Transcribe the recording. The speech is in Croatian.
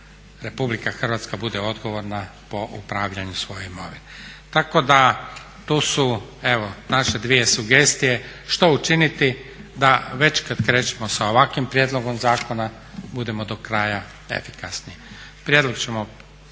jednostavno RH bude odgovorna po upravljanju svoje imovine. Tako da to su evo naše dvije sugestije što učiniti da već kad krećemo sa ovakvim prijedlogom zakona budemo do kraja efikasni. Prijedlog ćemo